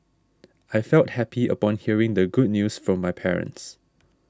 I felt happy upon hearing the good news from my parents